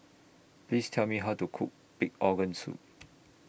Please Tell Me How to Cook Pig Organ Soup